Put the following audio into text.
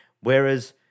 Whereas